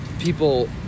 people